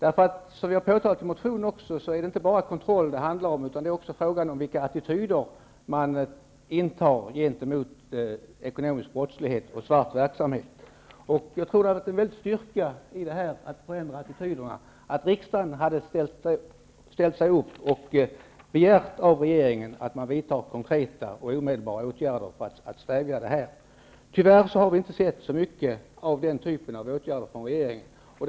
Som vi har påtalat i motionen handlar det inte bara om kontroll utan också om vilken attityd man intar gentemot ekonomisk brottslighet och svart verksamhet. Det hade varit en styrka i arbetet med att förändra attityder, om riksdagen hade begärt av regeringen att man vidtar konkreta och omedelbara åtgärder för att stävja detta. Tyvärr har vi inte sett så mycket av den typen av åtgärder från regeringen.